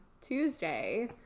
Tuesday